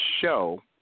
show